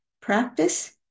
practice